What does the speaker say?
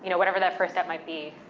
you know whatever that first step might be,